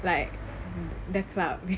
like the club